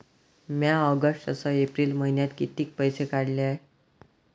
म्या ऑगस्ट अस एप्रिल मइन्यात कितीक पैसे काढले?